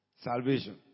Salvation